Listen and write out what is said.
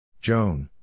Joan